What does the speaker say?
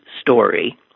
story